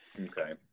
Okay